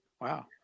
Wow